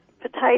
potato